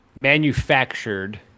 manufactured